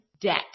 debt